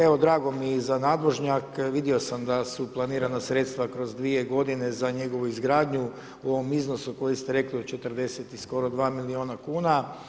Evo, drago mi je i za nadvožnjak, vidio sam da su planirana sredstva kroz 2 g. za njegovom izgradnju u ovom iznosu, koji ste rekli od 40 i skoro 2 milijuna kn.